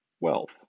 wealth